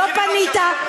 לא פנית,